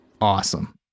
awesome